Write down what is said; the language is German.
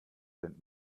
sind